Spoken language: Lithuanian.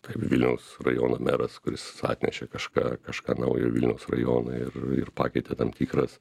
kaip vilniaus rajono meras kuris atnešė kažką kažką naujo vilniaus rajonui ir ir pakeitė tam tikras